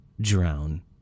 Drown